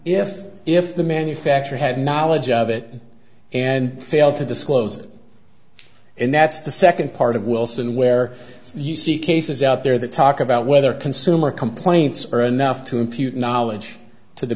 if if the manufacturer had knowledge of it and failed to disclose it and that's the second part of wilson where you see cases out there that talk about whether consumer complaints are enough to impute knowledge to